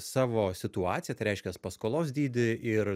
savo situaciją tai reiškias paskolos dydį ir